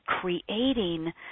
creating